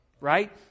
right